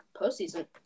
postseason